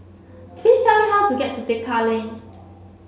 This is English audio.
please tell me how to get to Tekka Lane